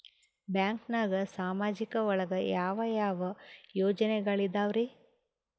ಬ್ಯಾಂಕ್ನಾಗ ಸಾಮಾಜಿಕ ಒಳಗ ಯಾವ ಯಾವ ಯೋಜನೆಗಳಿದ್ದಾವ್ರಿ?